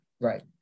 Right